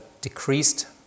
decreased